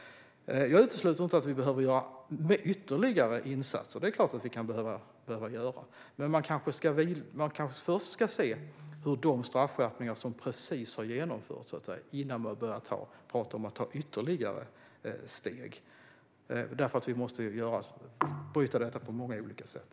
Jag utesluter inte att vi behöver göra ytterligare insatser. Det är klart att vi kan behöva göra det. Men innan man börjar prata om att ta ytterligare steg ska vi se hur de straffskärpningar som precis har genomförts fungerar. Det här måste vi bryta på många olika sätt.